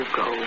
go